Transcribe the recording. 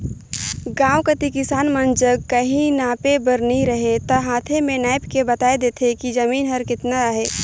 गाँव कती किसान मन जग काहीं नापे बर नी रहें ता हांथे में नाएप के बताए देथे कि जमीन हर केतना अहे